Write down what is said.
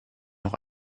noch